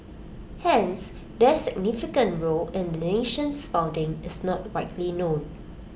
hence their significant role in the nation's founding is not widely known